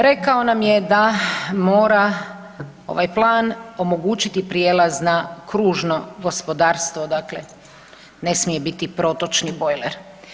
Rekao nam je da mora ovaj plan omogućiti prijelaz na kružno gospodarstvo, dakle ne smije biti protočni bojler.